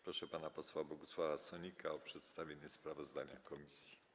Proszę pana posła Bogusława Sonika o przedstawienia sprawozdania komisji.